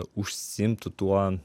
užsiimtų tuo